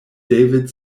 david